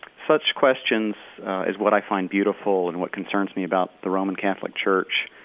such questions as what i find beautiful and what concerns me about the roman catholic church